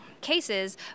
cases